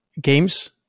games